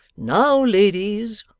now ladies,